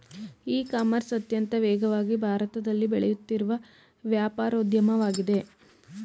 E commerce ಅತ್ಯಂತ ವೇಗವಾಗಿ ಭಾರತದಲ್ಲಿ ಬೆಳೆಯುತ್ತಿರುವ ವ್ಯಾಪಾರೋದ್ಯಮವಾಗಿದೆ